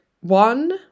One